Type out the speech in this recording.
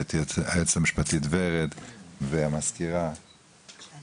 את היועצת המשפטית ורד, ואת המזכירה ז'נה